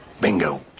Bingo